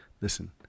Listen